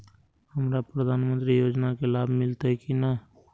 हमरा प्रधानमंत्री योजना के लाभ मिलते की ने?